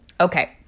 Okay